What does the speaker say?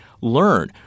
learn